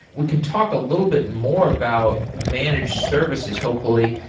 we can talk a little bit more about managed services hopefully.